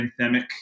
anthemic